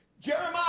Jeremiah